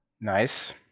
Nice